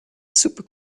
super